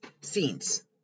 scenes